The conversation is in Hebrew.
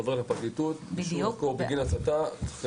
זה עובר לפרקליטות בגין הסתה.